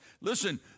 listen